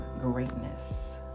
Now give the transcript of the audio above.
greatness